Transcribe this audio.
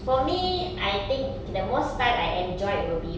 for me I think okay the most time I enjoyed will be